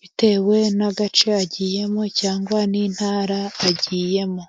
bitewe n'agace agiyemo cyangwa n'intara agiyemo.